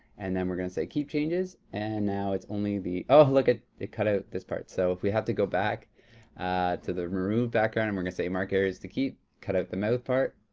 and then we're gonna say, keep changes. and now it only the, oh look, it cut out this part. so, we have to go back to the remove background and we're gonna say mark areas to keep, cut out the mouth part,